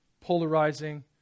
polarizing